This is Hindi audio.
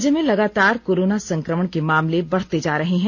राज्य में लगातार कोरोना संकमण के मामले बढते जा रहे हैं